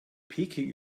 peking